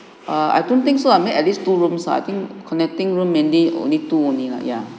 err I don't think so I make at least two rooms ah I think connecting room mainly only two only la ya